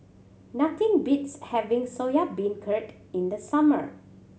nothing beats having Soya Beancurd in the summer